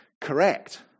correct